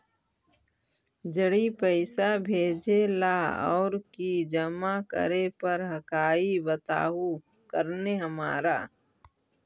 जड़ी पैसा भेजे ला और की जमा करे पर हक्काई बताहु करने हमारा?